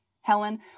Helen